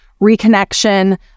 reconnection